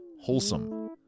Wholesome